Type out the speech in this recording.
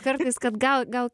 kartais kad gal gal